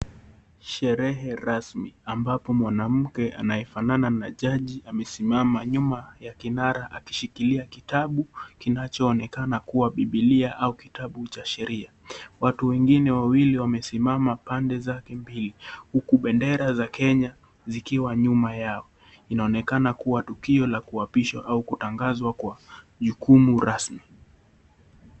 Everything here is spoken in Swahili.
Sherehe rasmi, ambapo mwanamke anayefanana na jaji amesimama nyuma ya kinara akishikilia kitabu kinachoonekana kuwa bibilia au kitabu cha sheria. Watu wengine wawili wamesimama pande zake mbili, huku bendera za Kenya zikiwa nyuma yao. Inaonekana kuwa tukio la kuapishwa au kutangazwa kwa jukumu rasmi.